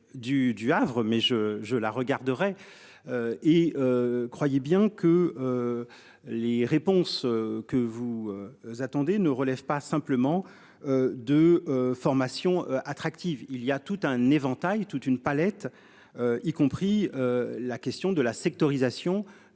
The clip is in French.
du Havre mais je, je la regarderai. Et. Croyez bien que. Les réponses que vous. Attendez, ne relève pas simplement. De. Formation attractive il y a tout un éventail toute une palette. Y compris la question de la sectorisation